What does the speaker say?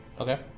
Okay